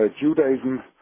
Judaism